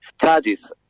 charges